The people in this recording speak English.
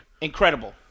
Incredible